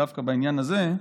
דווקא בעניין הזה,